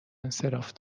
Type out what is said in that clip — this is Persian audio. انصراف